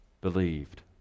believed